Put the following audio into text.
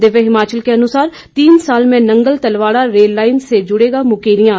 दिव्य हिमाचल के अनुसार तीन साल में नंगल तलवाड़ा रेललाइन से जुड़ेगा मुकेरियां